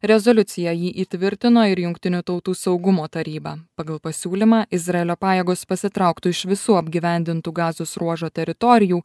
rezoliucija jį įtvirtino ir jungtinių tautų saugumo taryba pagal pasiūlymą izraelio pajėgos pasitrauktų iš visų apgyvendintų gazos ruožo teritorijų